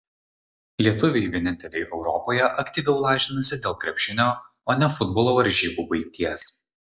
lietuviai vieninteliai europoje aktyviau lažinasi dėl krepšinio o ne futbolo varžybų baigties